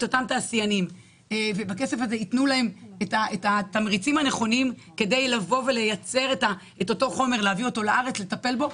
התעשיינים ויתנו להם תמריצים לייצר בארץ את חומר הגלם האקולוגי.